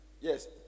Yes